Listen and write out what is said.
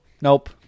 Nope